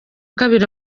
kabiri